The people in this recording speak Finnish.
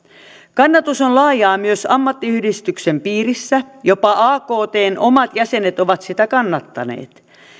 kannatus on laajaa myös ammattiyhdistyksen piirissä jopa aktn omat jäsenet ovat sitä kannattaneet